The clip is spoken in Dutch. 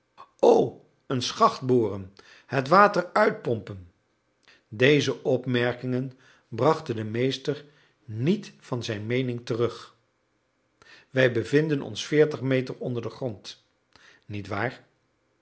o een schacht boren het water uitpompen deze opmerkingen brachten den meester niet van zijn meening terug wij bevinden ons veertig meter onder den grond niet waar